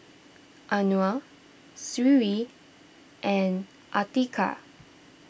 Anuar Sri and Atiqah